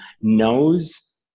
knows